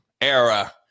era